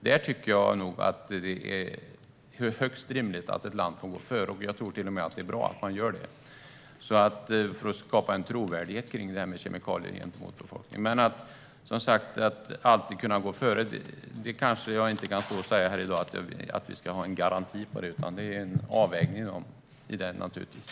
Där tycker jag nog att det är högst rimligt att ett land får gå före, och jag tror till och med att det är bra att man gör det för att skapa en trovärdighet när det gäller kemikalier gentemot befolkningen. När det gäller att alltid gå före kanske jag inte kan stå här i dag och säga att vi ska ha en garanti för detta, utan det är naturligtvis en avvägning.